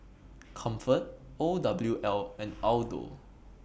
Comfort O W L and Aldo